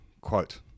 quote